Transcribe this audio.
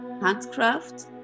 handcraft